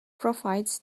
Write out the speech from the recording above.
provides